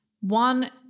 One